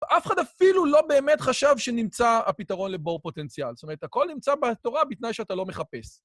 ואף אחד אפילו לא באמת חשב שנמצא הפתרון לבור פוטנציאל. זאת אומרת, הכל נמצא בתורה בתנאי שאתה לא מחפש.